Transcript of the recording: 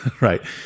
Right